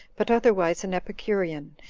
but otherwise an epicurean,